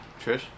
Trish